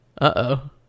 uh-oh